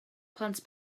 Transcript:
plant